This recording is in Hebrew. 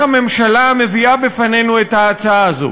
הממשלה מביאה בפנינו את ההצעה הזאת.